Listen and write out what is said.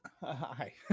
hi